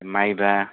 मायब्रा